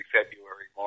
February